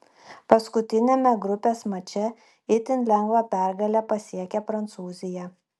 paskutiniame grupės mače itin lengvą pergalę pasiekė prancūzija